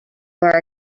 are